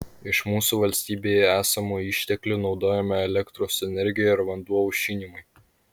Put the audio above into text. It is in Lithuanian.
iš mūsų valstybėje esamų išteklių naudojama elektros energija ir vanduo aušinimui